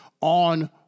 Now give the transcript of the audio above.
on